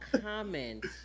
Comment